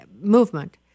movement